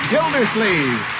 Gildersleeve